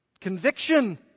Conviction